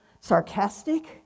sarcastic